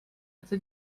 это